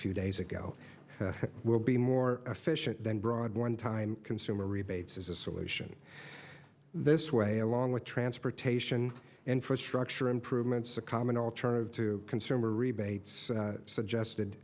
few days ago will be more efficient than broad onetime consumer rebates as a solution this way along with transportation infrastructure improvements a common alternative to consumer rebates suggested